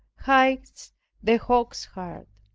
hides the hawk's heart.